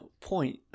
Point